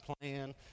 plan